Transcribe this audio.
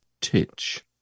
titch